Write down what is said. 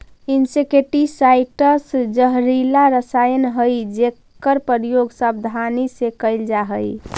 insecticides जहरीला रसायन हई जेकर प्रयोग सावधानी से कैल जा हई